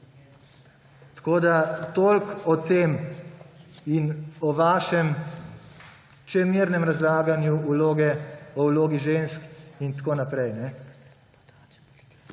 Janše. Toliko o tem in o vašem čemernem razlaganju o vlogi žensk in tako naprej.